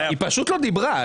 היא פשוט לא דיברה.